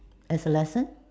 as a lesson